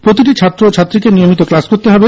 প্রতিটি ছাত্র ও ছাত্রীকে নিয়মিত ক্লাস করতে হবে